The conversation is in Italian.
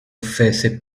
offese